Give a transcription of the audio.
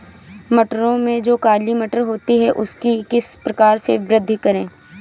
मटरों में जो काली मटर होती है उसकी किस प्रकार से वृद्धि करें?